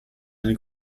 eine